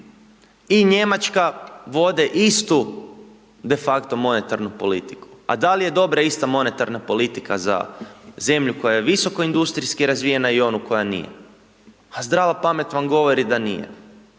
i Njemačka vode istu de facto monetarnu politiku. A da li je dobra ista monetarna politika za zemlju koja je visoko industrijski razvijena i ona koja nije? Zdrava pamet vam govori da nije.